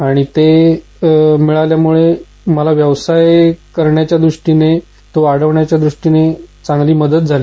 आणि ते मिळाल्यामुळे मला व्यवसाय करण्याच्या दृष्टीनं तो वाढविण्याच्या दृष्टीनं चांगली मदत झाली